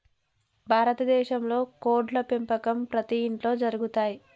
భారత దేశంలో కోడ్ల పెంపకం ప్రతి ఇంట్లో జరుగుతయ్